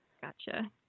Gotcha